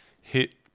hit